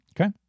okay